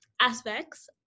aspects